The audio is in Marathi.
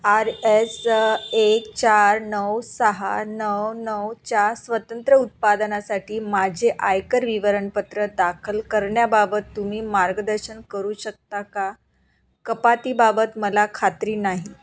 आर एस एक चार नऊ सहा नऊ नऊच्या स्वतंत्र उत्पादनासाठी माझे आयकर विवरणपत्र दाखल करण्याबाबत तुम्ही मार्गदर्शन करू शकता का कपातीबाबत मला खात्री नाही